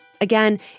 Again